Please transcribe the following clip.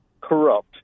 corrupt